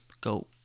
go